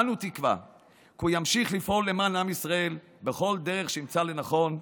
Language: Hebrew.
אנו תקווה כי הוא ימשיך לפעול למען עם ישראל בכל דרך שימצא לנכון,